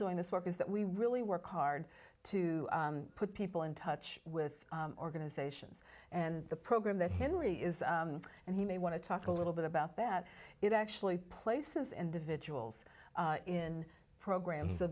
doing this work is that we really work hard to put people in touch with organizations and the program that henry is and he may want to talk a little bit about that it actually places individuals in programs so